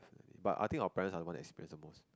but I think our parents are the one that experience the most